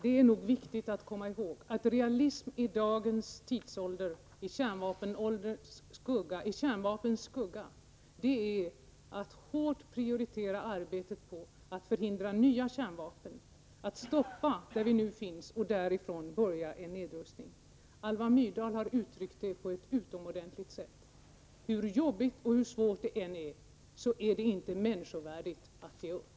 Det är nog viktigt att komma i håg att realism i dagens tidsålder, i kärnvapnens skugga, är att hårt prioritera arbetet på att förhindra nya kärnvapen och att sätta stopp där vi nu befinner oss och att därifrån påbörja nedrustningsarbetet. Alva Myrdal har uttryckt detta på ett utomordentligt sätt: Hur jobbigt och hur svårt det än är så är det inte människovärdigt att ge upp.